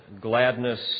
gladness